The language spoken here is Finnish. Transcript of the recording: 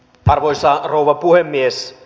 arvoisa rouva puhemies